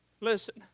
Listen